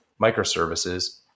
microservices